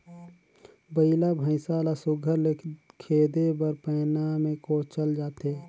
बइला भइसा ल सुग्घर ले खेदे बर पैना मे कोचल जाथे